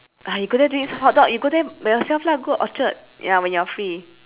ah you go there to eat hotdog you go there by yourself lah go orchard ya when you are free